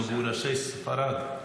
מגורשי ספרד.